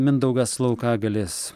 mindaugas laukagalis